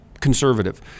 conservative